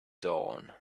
dawn